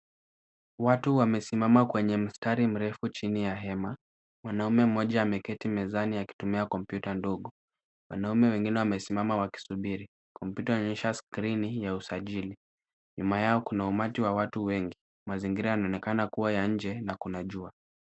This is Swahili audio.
Watu wamesimama kwenye mstari mrefu chini ya hema. Mwanaume mmoja ameketi mezani akitumia kompyuta ndogo. Wanaume wengine wamesimama wakisubiri. Kompyuta inaonyesha skrini ya usajili. Nyuma yao kuna umati wa watu wengi. Mazingira yanaonekana kuwa ya nje na kuna jua.